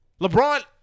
LeBron